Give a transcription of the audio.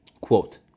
quote